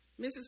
Mrs